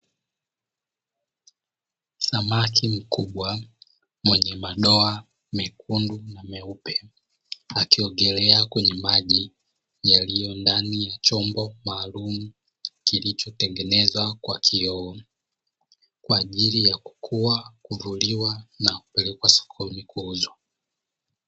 Samaki mkubwa mwenye madoa mekundu na meupe, akiogelea kwenye maji yaliyo ndani ya chombo maalumu kilichotengenezwa kwa kioo kwa ajili ya kukua, kuhudumiwa na kupelekwa sokoni na kuuzwa.